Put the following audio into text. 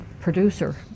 producer